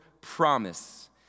promise